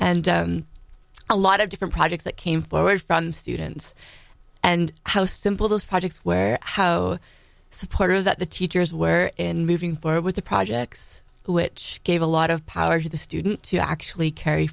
and a lot of different projects that came forward from students and how simple those projects where how supportive that the teachers were in moving forward with the projects which gave a lot of power to the student to actually carry